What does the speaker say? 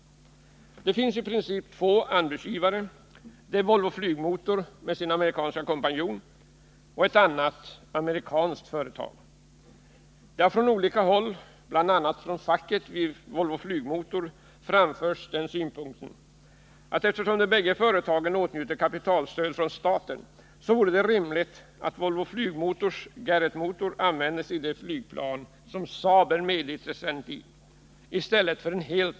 Det finns i princip två anbudsgivare, Volvo Flygmotor med sin amerikanska kompanjon och ett annat amerikanskt företag. Det har från olika håll, bl.a. från facket vid Volvo Flygmotor, framförts synpunkten att eftersom de bägge företagen åtnjuter kapitalstöd från staten vore det rimligt att, i stället för en helt amerikansk motor, Volvo Flygmotors Garrettmotor användes i det flygplan som Saab är medintressent i.